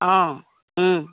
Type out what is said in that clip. অঁ